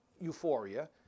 euphoria